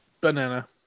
Banana